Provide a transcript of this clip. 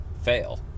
fail